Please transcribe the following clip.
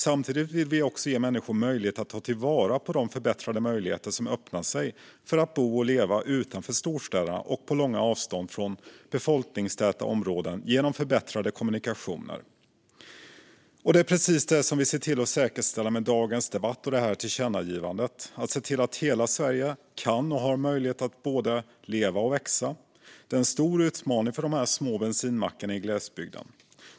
Samtidigt vill vi ge människor möjlighet att ta till vara de förbättrade möjligheter som öppnar sig för att leva och bo utanför storstäderna och på långa avstånd från befolkningstäta områden genom förbättrade kommunikationer. Det är precis det som vi säkerställer genom dagens tillkännagivande. Vi ser till att hela Sverige kan och har möjlighet att både leva och växa. Det är en stor utmaning för små bensinmackar i glesbygden.